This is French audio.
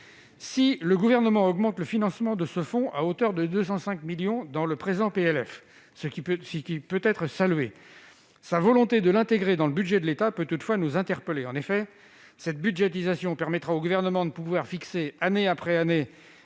Si le Gouvernement porte le financement de ce fonds à hauteur de 205 millions d'euros dans le présent PLF, ce que l'on peut saluer, sa volonté de l'intégrer dans le budget de l'État peut toutefois nous interpeller. En effet, cette budgétisation permettra au Gouvernement de fixer, année après année,